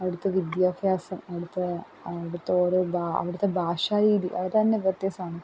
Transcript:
അവിടുത്തെ വിദ്യാഭ്യാസം അവിടുത്തെ അവിടുത്തെ ഓരോ അവിടുത്തെ ഭാഷാരീതീ അതെന്നെ വ്യത്യസ്തമാണ്